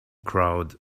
crowd